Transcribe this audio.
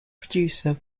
producer